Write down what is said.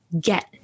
get